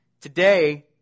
Today